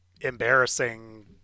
embarrassing